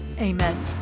Amen